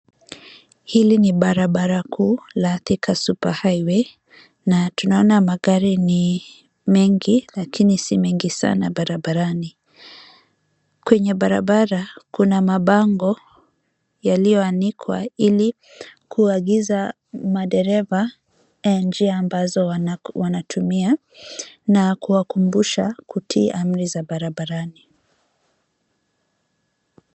Hili ni barabara kuu la Thika Superhighway na tunaona magari ni mengi lakini si mengi sana barabarani. Kwenye barabara, kuna mabango yaliyoanikwa ili kuagiza madereva njia ambazo wanatumia na kuwakumbusha kutii amri za barabarani.